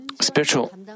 Spiritual